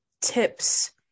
tips